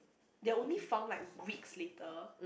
they only found like weeks later